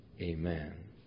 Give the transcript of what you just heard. Amen